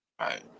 Right